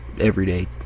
everyday